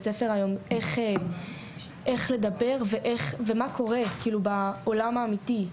ספר היום איך לדבר ומה קורה בעולם האמיתי.